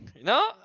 No